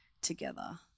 together